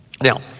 Now